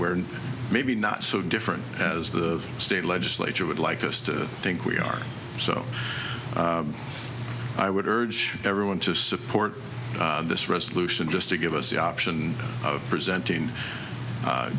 where maybe not so different as the state legislature would like us to think we are so i would urge everyone to support this resolution just to give us the option of presenting